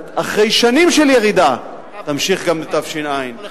אחרי שנים של ירידה, תמשיך גם לתש"ע.